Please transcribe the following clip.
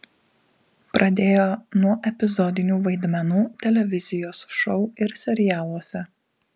pradėjo nuo epizodinių vaidmenų televizijos šou ir serialuose